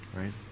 Right